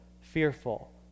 fearful